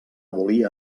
volia